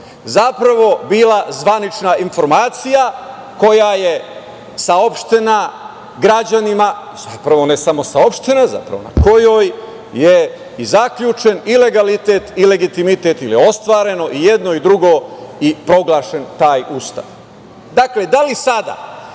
zapravo bila zvanična informacija, koja je saopštena građanima, zapravo ne samo saopštena, na kojoj je i zaključena i legalitet i legitimitet, ili ostvareno i jedno i drugo, i proglašen taj Ustav. Dakle, da li sada